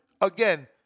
again